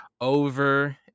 over